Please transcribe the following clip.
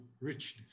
richness